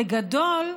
בגדול,